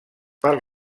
per